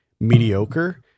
mediocre